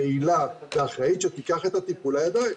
יעילה ואחראית שתיקח את הטיפול לידיים.